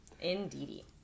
Indeed